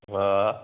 हा